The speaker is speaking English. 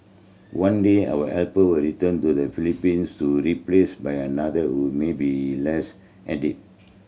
one day our helper will return to the Philippines to replace by another who may be less